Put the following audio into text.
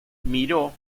miró